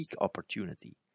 opportunity